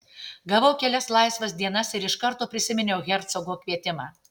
gavau kelias laisvas dienas ir iš karto prisiminiau hercogo kvietimą